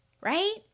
right